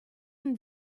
and